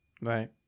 Right